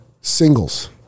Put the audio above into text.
Singles